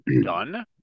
done